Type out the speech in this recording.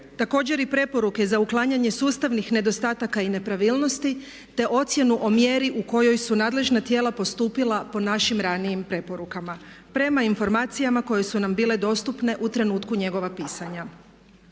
Također i preporuke za uklanjanje sustavnih nedostataka i nepravilnosti te ocjenu o mjeri u kojoj su nadležna tijela postupila po našim ranijim preporukama prema informacijama koje su nam bile dostupne u trenutku njegova pisanja.